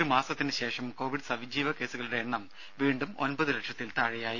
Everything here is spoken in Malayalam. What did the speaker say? ഒരു മാസത്തിന് ശേഷം കോവിഡ് സജീവ കേസുകളുടെ എണ്ണം വീണ്ടും ഒമ്പതു ലക്ഷത്തിൽ താഴെയായി